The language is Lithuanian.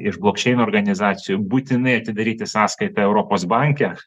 iš blok čiain organizacijų būtinai atidaryti sąskaitą europos banke